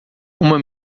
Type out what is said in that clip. uma